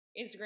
instagram